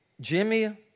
Jimmy